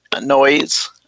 noise